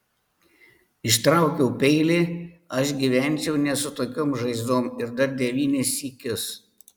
ištraukiau peilį aš gyvenčiau ne su tokiom žaizdom ir dar devynis sykius